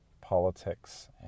politics